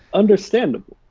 understandable,